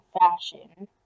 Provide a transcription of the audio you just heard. fashion